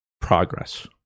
progress